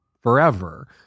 forever